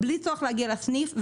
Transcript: בלי צורך להגיע לסניף.